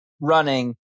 running